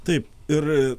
taip ir